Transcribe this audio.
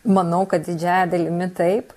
manau kad didžiąja dalimi taip